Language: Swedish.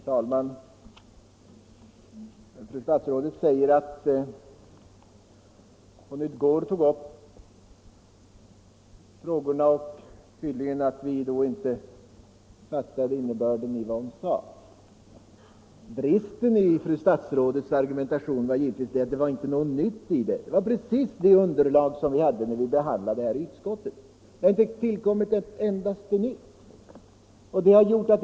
Herr talman! Fru statsrådet framhöll att hon i går tog upp dessa frågor och att vi då tydligen inte fattade innebörden i vad hon sade. Bristen i fru statsrådets argumentation var givetvis att den inte innehöll något nytt utan endast var en upprepning av det underlag som fanns redan vid utskottsbehandlingen. Ingenting nytt har tillkommit.